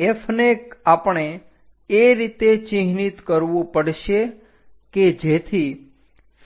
તો F ને આપણે એ રીતે ચિહ્નિત કરવું પડશે કે જેથી